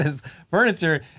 furniture